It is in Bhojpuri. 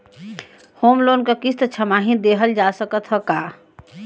होम लोन क किस्त छमाही देहल जा सकत ह का?